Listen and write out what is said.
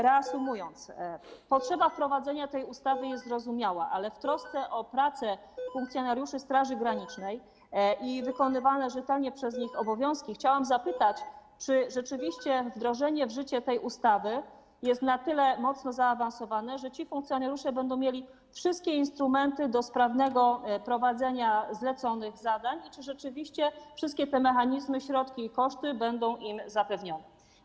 Reasumując, potrzeba wprowadzenia tej ustawy jest zrozumiała, ale w trosce o pracę funkcjonariuszy Straży Granicznej i wykonywane rzetelnie przez nich obowiązki chciałam zapytać, czy rzeczywiście wdrożenie w życie tej ustawy jest na tyle mocno zaawansowane, że ci funkcjonariusze będą mieli wszystkie instrumenty do sprawnego prowadzenia zlecanych zadań, i czy rzeczywiście wszystkie te mechanizmy, środki i koszty będą im zapewnione.